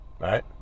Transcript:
Right